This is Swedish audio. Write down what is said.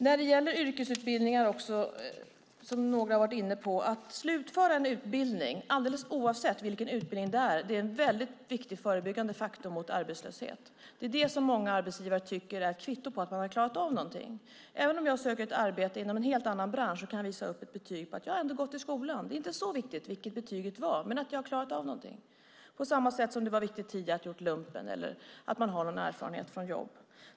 När det gäller yrkesutbildningar som några har varit inne på är slutförandet av en utbildning, alldeles oavsett vilken utbildning det är, en väldigt viktig förebyggande faktor mot arbetslöshet. Många arbetsgivare tycker att det är ett kvitto på att man klarat av någonting. Att kunna visa upp ett betyg på att man ändå har gått i skolan och klarat av någonting, även om det inte är så viktigt vad betyget var, är viktigt på samma sätt som det tidigare var viktigt att ha gjort lumpen eller ha erfarenhet från jobb, även om man söker ett arbete inom en helt annan bransch.